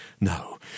No